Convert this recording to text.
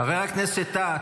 חבר הכנסת טאהא,